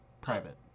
private